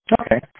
Okay